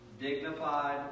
dignified